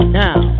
now